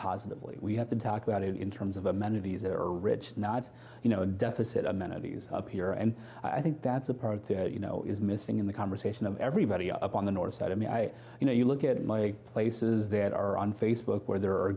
positively we have to talk about it in terms of amenities that are rich not you know the deficit amenities here and i think that's a part you know is missing in the conversation of everybody up on the north side of me i you know you look at my places that are on facebook where there are